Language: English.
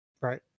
Right